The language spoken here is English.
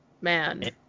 man